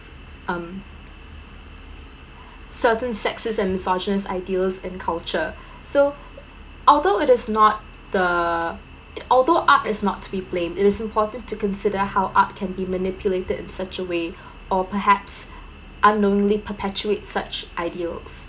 um certain sexes and misogynist ideals in culture so although it is not the although art is not to be blamed it is important to consider how art can be manipulated in such a way or perhaps unknowingly perpetuate such ideals